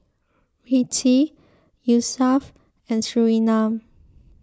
Rizqi Yusuf and Surinam